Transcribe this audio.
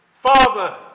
Father